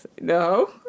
No